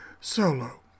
solo